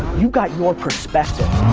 you've got your perspective.